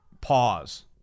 pause